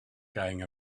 going